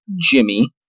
Jimmy